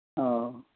ᱚᱼᱚ